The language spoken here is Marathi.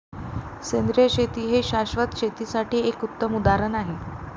सेंद्रिय शेती हे शाश्वत शेतीसाठी एक उत्तम उदाहरण आहे